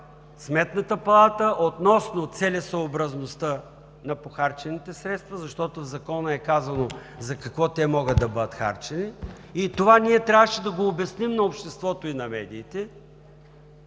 Сметната палата относно целесъобразността на похарчените средства, защото в Закона е казано за какво те могат да бъдат харчени. Това ние трябваше да го обясним на обществото и на медиите,